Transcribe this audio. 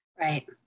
Right